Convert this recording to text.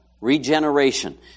regeneration